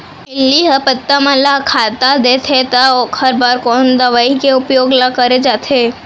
इल्ली ह पत्ता मन ला खाता देथे त ओखर बर कोन दवई के उपयोग ल करे जाथे?